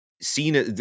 seen